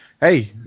Hey